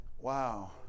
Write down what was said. Wow